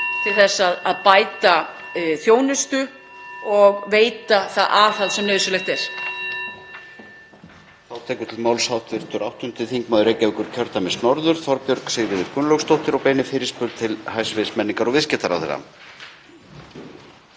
til að bæta þjónustu og veita það aðhald sem nauðsynlegt er.